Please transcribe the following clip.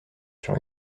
sur